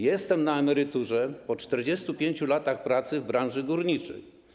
Jestem na emeryturze, po 45 latach pracy w branży górniczej.